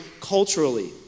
culturally